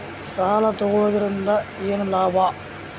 ಸಾಲ ತಗೊಳ್ಳುವುದರಿಂದ ಏನ್ ಲಾಭ?